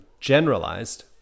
generalized